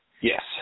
Yes